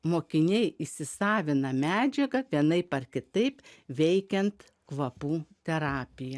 mokiniai įsisavina medžiagą vienaip ar kitaip veikiant kvapų terapija